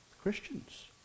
Christians